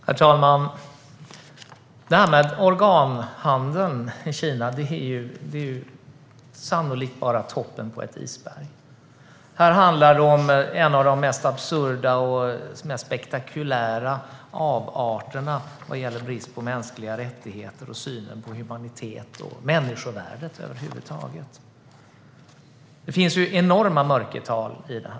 Herr talman! Detta med organhandeln i Kina är sannolikt bara toppen på ett isberg. Här handlar det om en av de mest absurda och mest spektakulära avarterna vad gäller brist på mänskliga rättigheter, synen på humanitet och människovärdet över huvud taget. Det finns enorma mörkertal i detta.